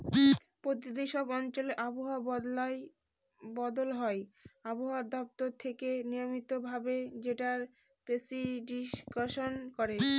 প্রতিদিন সব অঞ্চলে আবহাওয়া বদল হয় আবহাওয়া দপ্তর থেকে নিয়মিত ভাবে যেটার প্রেডিকশন করে